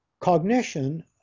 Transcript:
Cognition